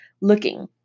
looking